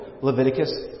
Leviticus